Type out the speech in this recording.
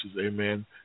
Amen